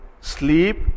sleep